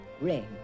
ring